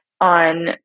on